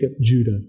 Judah